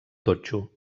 totxo